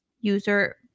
user